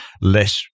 less